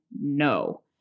no